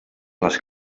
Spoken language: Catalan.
les